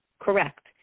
correct